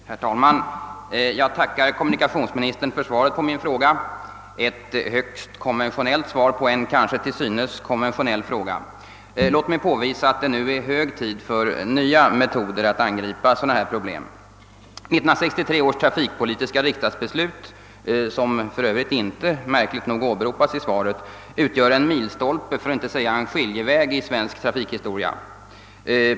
Herr talman! Jag tackar kommunikationsministern för svaret på min fråga — ett högst konventionellt svar på en till synes konventionell fråga. Låt mig påvisa att det nu är hög tid för nya metoder när det gäller att angripa sådana här problem. 1963 års trafikpolitiska riksdagsbeslut — som märkligt nog inte åberopas i svaret — utgör en milstolpe, för att inte säga en skiljeväg, i svensk trafikhistoria.